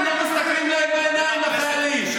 איך אתם לא מסתכלים להם בעיניים, לחיילים?